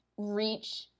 Reach